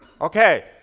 Okay